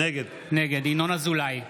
נגד ינון אזולאי,